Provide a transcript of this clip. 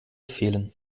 fehlen